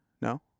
No